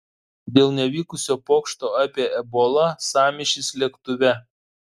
dėl nevykusio pokšto apie ebolą sąmyšis lėktuve